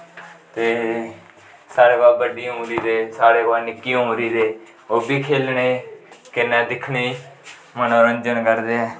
ते साढ़े कोला बड्डी उमरी दे साढ़े कोला निक्की उमरी दे ओह् बी खेलने कन्नै दिक्खने गी मनोरंजन करदे ऐ